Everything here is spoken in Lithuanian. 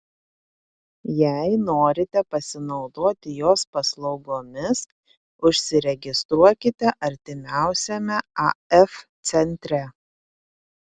jei norite pasinaudoti jos paslaugomis užsiregistruokite artimiausiame af centre